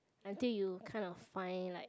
I think you kind of find like